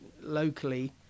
locally